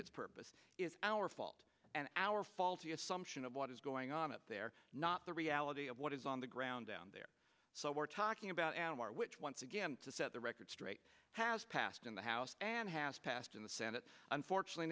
its purpose is our fault and our faulty assumption of what is going on at there not the reality of what is on the ground down there so we're talking about anwar which once again to set the record straight has passed in the house and has passed in the senate unfortunately